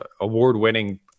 award-winning